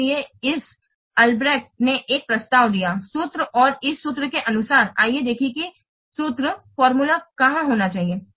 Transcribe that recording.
इसलिए इस अल्ब्रेक्ट ने एक प्रस्ताव दिया है सूत्र और इस सूत्र के अनुसार आइए देखें कि यह सूत्र कहां होना चाहिए